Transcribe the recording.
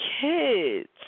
kids